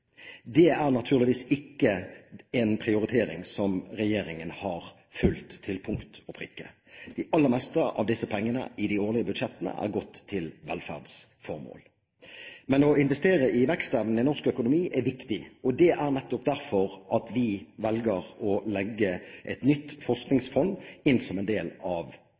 Det er naturligvis ikke en prioritering som regjeringen har fulgt til punkt og prikke. Det aller meste av disse pengene i de årlige budsjettene er gått til velferdsformål. Å investere i vekstevnen i norsk økonomi er viktig. Det er nettopp derfor vi velger å legge et nytt forskningsfond inn som en del av